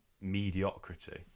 mediocrity